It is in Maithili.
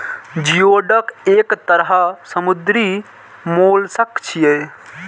जिओडक एक तरह समुद्री मोलस्क छियै